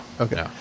Okay